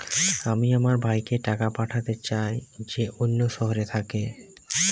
আমি আমার ভাইকে টাকা পাঠাতে চাই যে অন্য শহরে থাকে